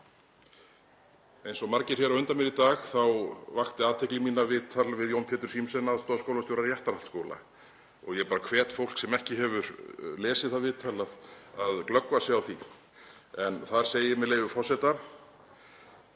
Eins og margir hér á undan mér í dag þá vakti athygli mína viðtal við Jón Pétur Zimsen, aðstoðarskólastjóra Réttarholtsskóla, og ég bara hvet fólk sem ekki hefur lesið það viðtal að glöggva sig á því. En þar er haft eftir